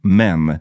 men